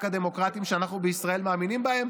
הדמוקרטיים שאנחנו בישראל מאמינים בהם.